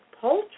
poultry